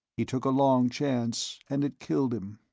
he took a long chance, and it killed him.